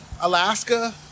Alaska